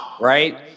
right